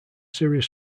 serious